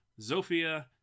Zofia